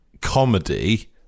comedy